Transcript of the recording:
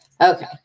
Okay